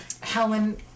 Helen